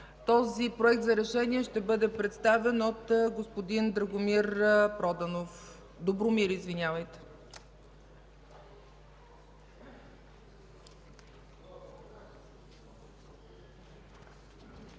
Този Проект за решение ще бъде представен от господин Добромир Проданов. Заповядайте.